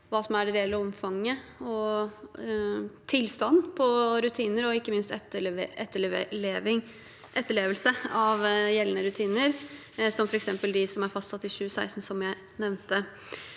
hva som er det reelle omfanget, tilstanden på rutiner og ikke minst etterlevelse av gjeldende rutiner, som f.eks. de som ble fastsatt i 2016, som jeg nevnte.